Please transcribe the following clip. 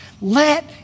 Let